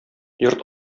йорт